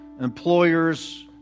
employers